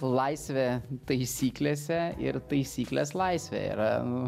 laisvė taisyklėse ir taisyklės laisvė yra